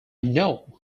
know